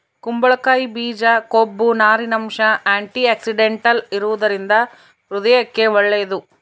ಕುಂಬಳಕಾಯಿ ಬೀಜ ಕೊಬ್ಬು, ನಾರಿನಂಶ, ಆಂಟಿಆಕ್ಸಿಡೆಂಟಲ್ ಇರುವದರಿಂದ ಹೃದಯಕ್ಕೆ ಒಳ್ಳೇದು